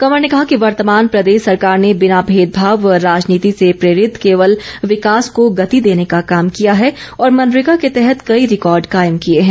कंवर ने कहा कि वर्तमान प्रदेश सरकार ने बिना भेदभाव व राजनीति से प्रेरित केवल विकास को गति देने का काम किया है और मनरेगा के तहत कई रिकॉर्ड कायम किए है